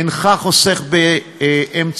אינך חוסך באמצעים,